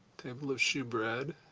table of shew bread.